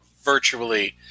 virtually